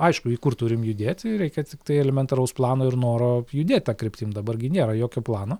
aišku į kur turim judėti reikia tiktai elementaraus plano ir noro judėt ta kryptim dabar gi nėra jokio plano